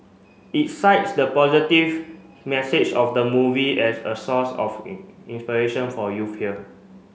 it cites the positive message of the movie as a source of in inspiration for youth here